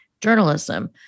journalism